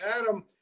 Adam